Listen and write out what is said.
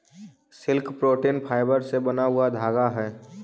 silk protein fibre से बना हुआ धागा हई